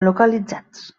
localitzats